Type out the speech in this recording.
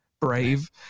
brave